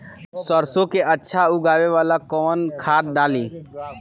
सरसो के अच्छा उगावेला कवन खाद्य डाली?